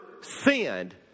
sinned